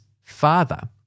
father